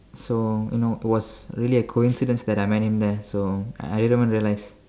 so you know it was really a coincidence that I met him there so I didn't even realise